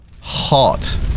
hot